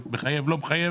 הם הוא מחייב או לא מחייב,